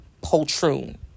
poltroon